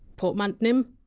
portmantym?